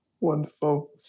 Wonderful